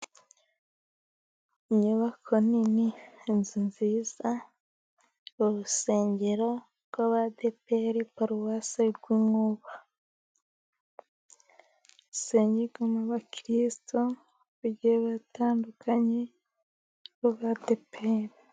Inyubako nini, inzu nziza. urusengero rw'Abadeperi paruwasi ya Rwinkuba hasengeramo abakirisitu batandukanye b'Abadeperi.